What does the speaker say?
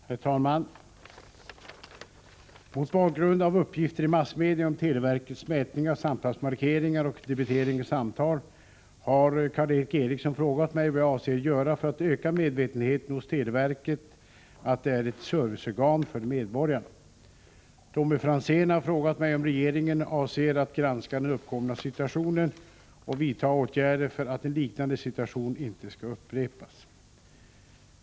Herr talman! Mot bakgrund av uppgifter i massmedia om televerkets mätning av samtalsmarkeringar och debitering av samtal har Karl Erik Eriksson frågat mig vad jag avser göra för att öka medvetenheten hos televerket att det är ett serviceorgan för medborgarna. Tommy Franzén har frågat mig om regeringen avser att granska den uppkomna situationen och vidta åtgärder för att en liknande situation inte skall upprepas.